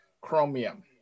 chromium